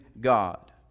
God